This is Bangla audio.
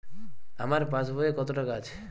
আমার পাসবই এ কত টাকা আছে?